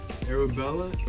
Arabella